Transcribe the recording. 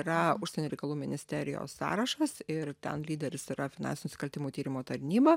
yra užsienio reikalų ministerijos sąrašas ir ten lyderis yra finansinių nusikaltimų tyrimo tarnyba